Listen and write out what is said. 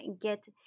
get